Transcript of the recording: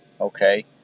okay